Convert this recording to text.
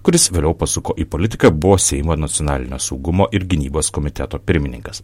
kuris vėliau pasuko į politiką buvo seimo nacionalinio saugumo ir gynybos komiteto pirmininkas